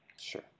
sure